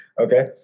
Okay